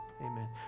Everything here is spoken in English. Amen